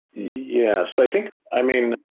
yes. i think, i mean,